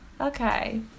Okay